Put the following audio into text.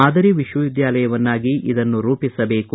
ಮಾದರಿ ವಿಶ್ವವಿದ್ಯಾಲಯವನ್ನಾಗಿ ಇದನ್ನು ರೂಪಿಸಬೇಕು